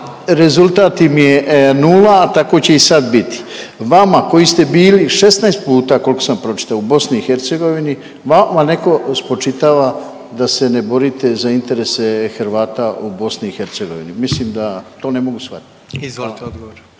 rezultat im je nula, a tako će i sad biti. Vama koji ste bili 16 puta, koliko sam pročitao, u BiH, vama netko spočitava da se ne borite za interese Hrvata u BiH. Mislim da to ne mogu shvatiti.